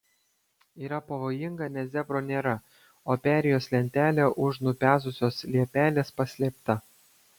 yra pavojinga nes zebro nėra o perėjos lentelė už nupezusios liepelės paslėpta